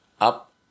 up